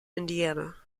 indiana